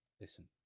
listen